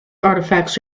artifacts